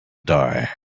die